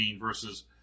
versus